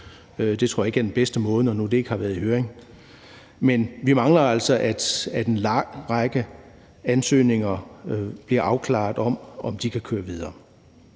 Det tror jeg ikke er den bedste måde, når nu det ikke har været i høring. Men vi mangler altså, at en lang række ansøgninger bliver afklaret, i forhold til om de kan køre videre.